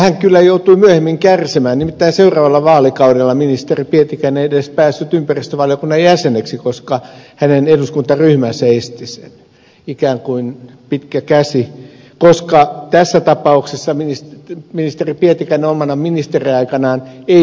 hän kyllä joutui myöhemmin kärsimään nimittäin seuraavalla vaalikaudella ministeri pietikäinen ei edes päässyt ympäristövaliokunnan jäseneksi koska hänen eduskuntaryhmänsä esti sen ikään kuin pitkä käsi koska tässä tapauksessa ministeri pietikäinen omana ministeriaikanaan ei suostunut heikkoon lainsäädäntöön